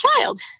child